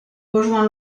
rejoint